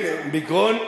הוא כן, מגרון,